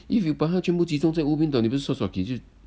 if you 把他们全部都集中在乌敏岛你不是就